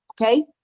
okay